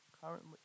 currently